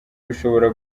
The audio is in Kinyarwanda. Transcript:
bishobora